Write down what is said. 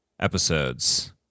episodes